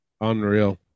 Unreal